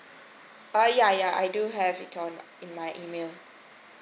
uh ya ya I do have it on in my email